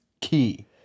key